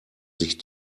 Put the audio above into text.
sich